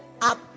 up